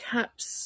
Caps